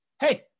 hey